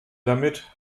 damit